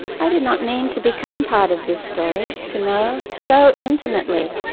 i did not mean to become part of this story, to know, so intimately,